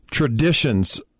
Traditions